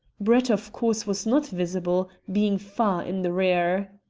brett, of course, was not visible, being far in the rear.